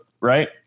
right